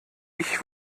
ich